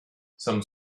some